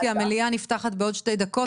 כי המליאה נפתחת בעוד שתי דקות.